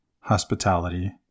hospitality